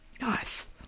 Nice